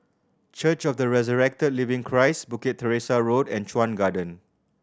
Church of The Resurrected Living Christ Bukit Teresa Road and Chuan Garden